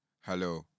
hello